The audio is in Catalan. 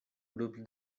grups